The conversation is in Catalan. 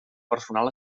personal